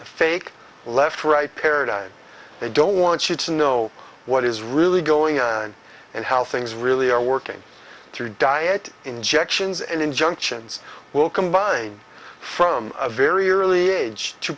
the fake left right paradigm they don't want you to know what is really going on and how things really are working through diet injections and injunctions will combine from a very early age to